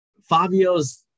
Fabio's